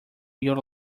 your